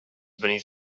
beneath